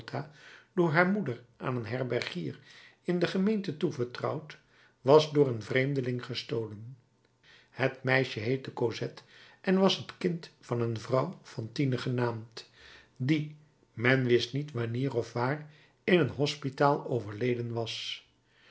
door haar moeder aan een herbergier in de gemeente toevertrouwd was door een vreemdeling gestolen het meisje heette cosette en was het kind van een vrouw fantine genaamd die men wist niet wanneer of waar in een hospitaal overleden was